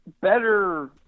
better